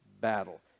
battle